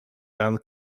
and